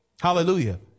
Hallelujah